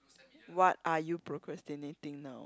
what are you procrastinating now